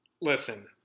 Listen